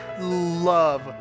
love